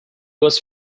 was